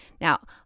now